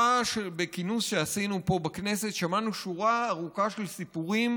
בכינוס שעשינו פה בכנסת שמענו שורה ארוכה של סיפורים